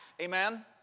amen